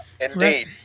Indeed